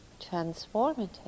transformative